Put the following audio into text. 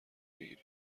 بگیرید